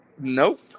Nope